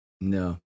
No